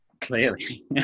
Clearly